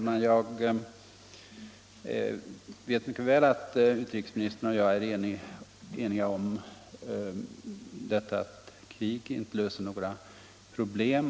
Herr talman! Utrikesministern och jag är eniga om att krig inte löser några problem.